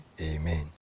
amen